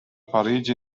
parigi